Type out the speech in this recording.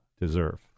deserve